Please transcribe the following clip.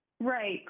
Right